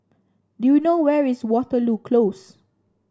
do you know where is Waterloo Close